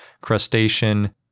crustacean